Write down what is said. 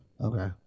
Okay